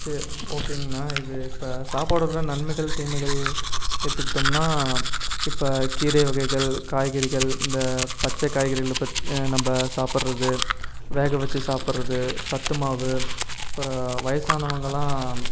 சரி ஓகேங்கண்ணா இது இப்போ சாப்பாடோடய நன்மைகள் தீமைகள் எடுத்துக்கிட்டோம்னால் இப்போ கீரை வகைகள் காய்கறிகள் இந்த பச்சை காய்கறிகளை பத் நம்ம சாப்பிட்றது வேக வச்சு சாப்பிட்றது சத்து மாவு அப்புறம் வயதானவங்கலாம்